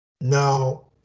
Now